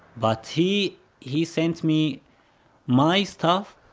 but he he sent me my stuff,